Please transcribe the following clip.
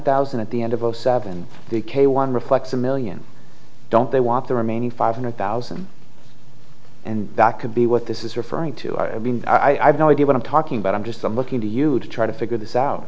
thousand at the end of zero seven the k one reflects a million don't they want the remaining five hundred thousand and that could be what this is referring to i mean i have no idea what i'm talking about i'm just i'm looking to you to try to figure this out